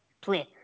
please